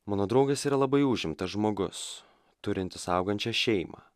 mano draugas yra labai užimtas žmogus turintis augančią šeimą